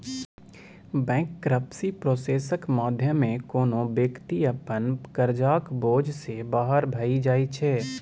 bankruptcy प्रोसेसक माध्यमे कोनो बेकती अपन करजाक बोझ सँ बाहर भए जाइ छै